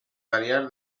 variar